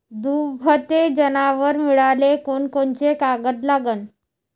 दुभते जनावरं मिळाले कोनकोनचे कागद लागन?